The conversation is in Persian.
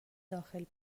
داخل